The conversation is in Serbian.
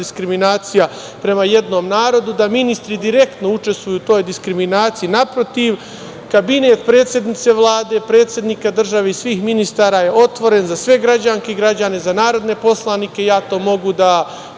diskriminacija prema jednom narodu, da ministri direktno učestvuju u toj diskriminaciji. Naprotiv, kabinet predsednice Vlade, predsednika države i svih ministara je otvoren za sve građanke i građane, za narodne poslanike i ja to mogu da